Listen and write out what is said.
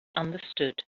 understood